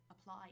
apply